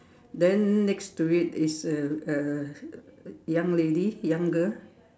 then next to it it's a a young lady young girl